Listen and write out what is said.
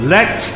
Let